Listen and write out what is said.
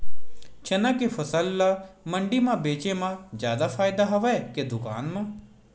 चना के फसल ल मंडी म बेचे म जादा फ़ायदा हवय के दुकान म?